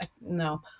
no